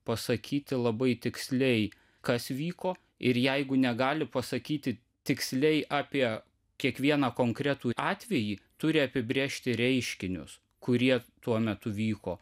pasakyti labai tiksliai kas vyko ir jeigu negali pasakyti tiksliai apie kiekvieną konkretų atvejį turi apibrėžti reiškinius kurie tuo metu vyko